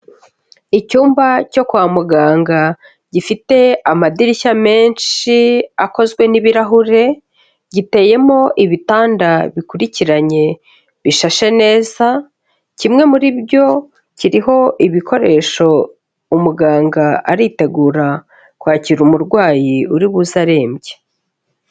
Icyumba cyo kwa muganga gifite amadirishya menshi akozwe n'ibirahure, giteyemo ibitanda bikurikiranye bishashe neza, kimwe muri byo kiriho ibikoresho, umuganga aritegura kwakira umurwayi uri buze arembye.